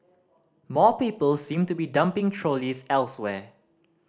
more people seem to be dumping trolleys elsewhere